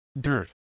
dirt